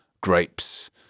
grapes